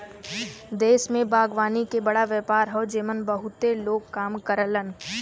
देश में बागवानी के बड़ा व्यापार हौ जेमन बहुते लोग काम करलन